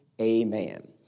Amen